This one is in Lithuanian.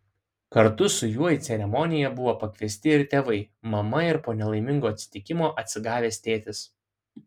kartu su juo į ceremoniją buvo pakviesti ir tėvai mama ir po nelaimingo atsitikimo atsigavęs tėtis